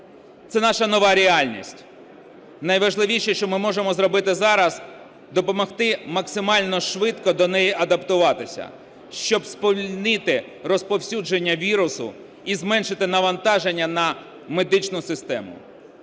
це наша нова реальність. Найважливіше, що ми можемо зробити зараз, – допомогти максимально швидко до неї адаптуватися, щоб сповільнити розповсюдження вірусу і зменшити навантаження на медичну систему.